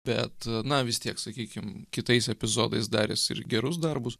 bet na vis tiek sakykim kitais epizodais daręs ir gerus darbus